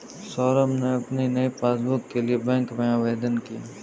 सौरभ ने अपनी नई पासबुक के लिए बैंक में आवेदन किया